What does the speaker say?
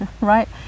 right